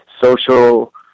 social